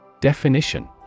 Definition